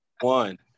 one